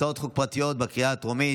הצעות חוק פרטיות לקריאה הטרומית.